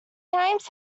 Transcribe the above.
chimes